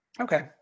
Okay